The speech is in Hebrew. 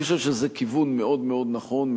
אני חושב שזה כיוון מאוד מאוד נכון,